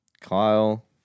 Kyle